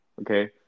okay